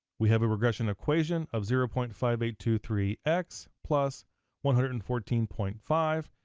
we have a regression equation of zero point five eight two three x plus one hundred and fourteen point five.